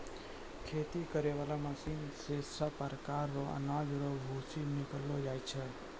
खेती करै बाला मशीन से सभ प्रकार रो अनाज रो भूसी निकालो जाय छै